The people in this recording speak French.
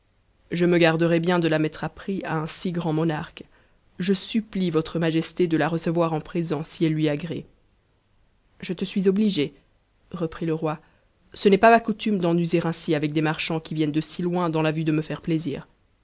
je me garderai bien de ta mettre à prix à un si grand monarque je supplie votre majesté de h recevoir en présent si elle lui agrée je te suis obligée reprit le roi ce n'est pas ma coutume d'en user ainsi avec des marchands qui viennent si loin dans la vue de me faire plaisir